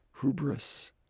hubris